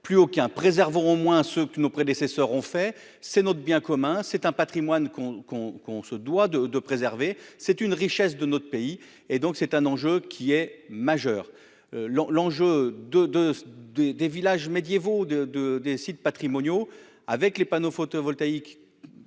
plus aucun préservons au moins ce que nos prédécesseurs ont fait, c'est notre bien commun, c'est un Patrimoine qu'on qu'on qu'on se doit de préserver, c'est une richesse de notre pays et donc c'est un enjeu qui est majeur, l'enjeu de de des des villages médiévaux de de des sites patrimoniaux avec les panneaux photovoltaïques